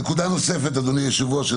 נקודה נוספת אדוני היושב ראש.